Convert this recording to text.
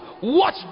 watch